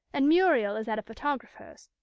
and muriel is at a photographer's.